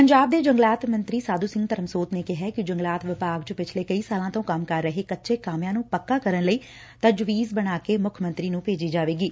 ਪੰਜਾਬ ਦੇ ਜੰਲਗਾਤ ਮੰਤਰੀ ਸਾਧੂ ਸਿੰਘ ਧਰਮਸੋਤ ਨੇ ਕਿਹੈ ਕਿ ਜੰਗਲਾਤ ਵਿਭਾਗ ਚ ਪਿਛਲੇ ਕਈ ਸਾਲਾਂ ਤੋਂ ਕੰਮ ਕਰ ਰਹੇ ਕੱਚੇ ਕਾਮਿਆਂ ਨੂੰ ਪੱਕਾ ਕਰਨ ਲਈ ਤਜਵੀਜ਼ ਬਣਾ ਕੇ ਮੁੱਖ ਮੰਤਰੀ ਨੂੰ ਭੇਜੀ ਜਾਵੇਗੀ